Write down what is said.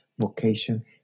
vocation